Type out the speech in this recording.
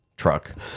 truck